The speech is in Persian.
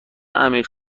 عمیق